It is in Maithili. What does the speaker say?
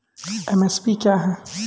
एम.एस.पी क्या है?